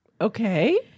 Okay